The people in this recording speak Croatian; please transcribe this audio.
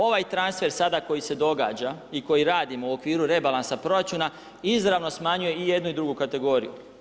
Ovaj transfer sada koji se događa i koji radimo u okviru rebalansa proračuna izravno smanjuje i jednu i drugu kategoriju.